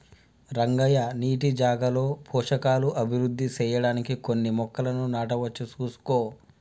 రంగయ్య నీటి జాగాలో పోషకాలు అభివృద్ధి సెయ్యడానికి కొన్ని మొక్కలను నాటవచ్చు సూసుకో